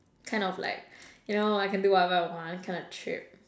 kind of like you know I can do whatever I want kind of trip